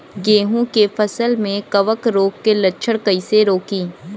गेहूं के फसल में कवक रोग के लक्षण कईसे रोकी?